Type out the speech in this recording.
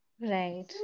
Right